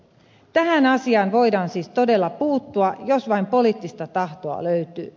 tähän asiaan voidaan siis todella puuttua jos vain poliittista tahtoa löytyy